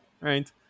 Right